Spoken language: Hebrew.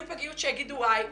יהיו פגיות שיאמרו ואי,